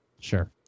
sure